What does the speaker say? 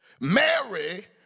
Mary